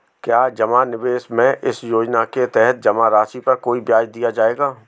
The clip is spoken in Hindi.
क्या जमा निवेश में इस योजना के तहत जमा राशि पर कोई ब्याज दिया जाएगा?